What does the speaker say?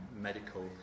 medical